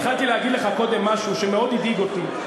התחלתי להגיד לך קודם משהו שמאוד הדאיג אותי.